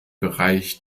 bereich